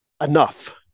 Enough